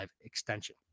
extension